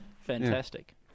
fantastic